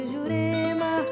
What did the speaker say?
Jurema